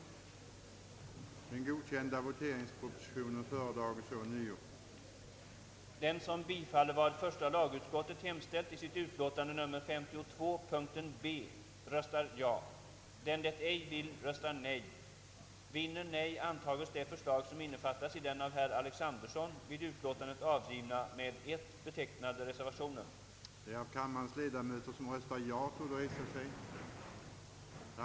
Men en domstol måste följa lagstiftningen, även om denna är otillfredsställande. I propositionen förutsättes sannolikhet för att ett faderskap skall fastställas, och då blir det ett icke så litet antal fall där ingen fader alls kommer att kunna bestämmas.